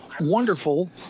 wonderful